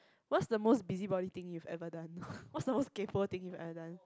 what's the most busybody thing you've ever done what's the most kaypoh thing you've ever done